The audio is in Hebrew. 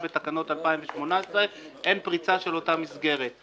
בתקנות 2018. אין פריצה של אותה מסגרת.